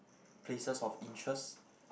places of interest